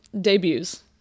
debuts